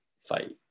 fight